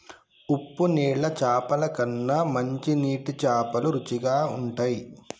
ఉప్పు నీళ్ల చాపల కన్నా మంచి నీటి చాపలు రుచిగ ఉంటయ్